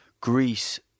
Greece